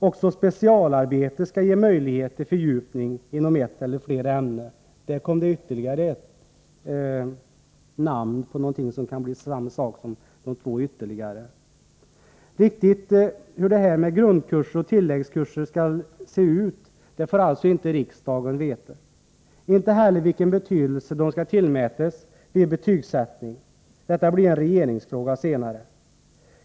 Också specialarbete skall ge möjlighet till fördjupning inom ett eller flera ämnen. Där kom ytterligare ett namn på något som kan bli samma sak som de två tidigare nämnda. Riktigt hur detta med grundkurser och tilläggskurser skall se ut får alltså riksdagen inte veta, inte heller vilken betydelse de skall tillmätas vid betygssättning. Detta blir senare en regeringsfråga.